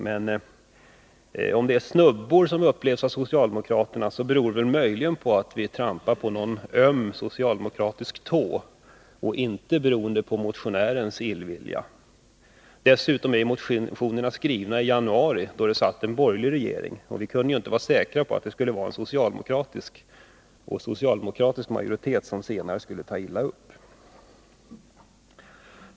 Men om socialdemokraterna upplever det såsom snubbor, beror det möjligen på att vi trampar på någon öm socialdemokratisk tå. Det beror inte på motionärens illvilja. Dessutom är motionerna skrivna i januari, då det satt en borgerlig regering. Vi kunde inte vara säkra på att vi skulle få en socialdemokratisk regering och en socialdemokratisk majoritet i riksdagen, som senare skulle ta illa upp.